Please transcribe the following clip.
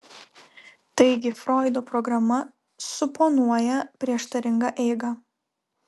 taigi froido programa suponuoja prieštaringą eigą